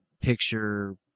picture